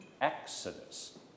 Exodus